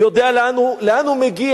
יודע לאן הוא מגיע.